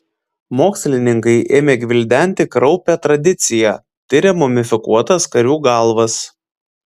mokslininkai ėmė gvildenti kraupią tradiciją tiria mumifikuotas karių galvas